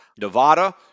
Nevada